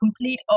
complete